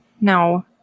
No